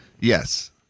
Yes